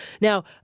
Now